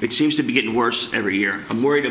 it seems to be getting worse every year i'm worried